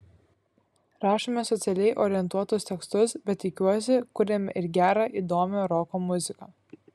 rašome socialiai orientuotus tekstus bet tikiuosi kuriame ir gerą įdomią roko muziką